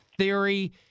theory